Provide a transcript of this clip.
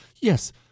Yes